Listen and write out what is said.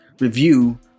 review